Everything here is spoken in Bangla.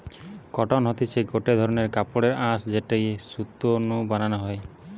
কটন হতিছে গটে ধরণের কাপড়ের আঁশ যেটি সুতো নু বানানো হয়